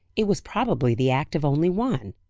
it was probably the act of only one.